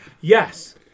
Yes